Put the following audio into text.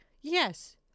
Yes